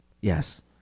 Yes